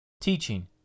teaching